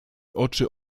oczy